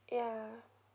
ya